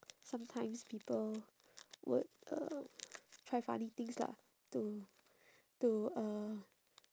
sometimes people would um try funny things lah to to uh